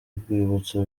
rwibutso